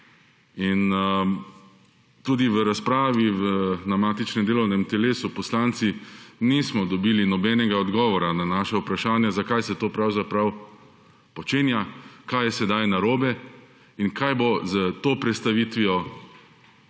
Tudi v razpravi na matičnem delovnem telesu poslanci nismo dobili nobenega odgovora na naša vprašanja, zakaj se to pravzaprav počenja, kaj je zdaj narobe in kaj bo s to predlagano